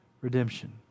redemption